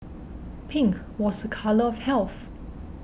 pink was a colour of health